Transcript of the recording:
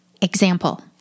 example